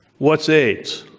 what's aids?